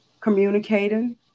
communicating